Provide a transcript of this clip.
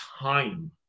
time